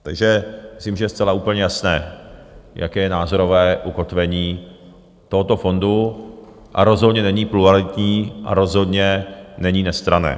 Takže myslím, že je zcela úplně jasné, jaké je názorové ukotvení tohoto fondu, a rozhodně není pluralitní a rozhodně není nestranné.